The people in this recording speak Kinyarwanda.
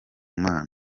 mana